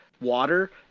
water